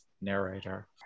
narrator